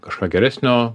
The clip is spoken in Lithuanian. kažką geresnio